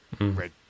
red